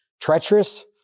treacherous